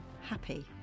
happy